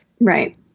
Right